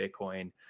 Bitcoin